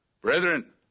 Brethren